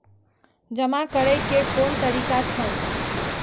जमा करै के कोन तरीका छै?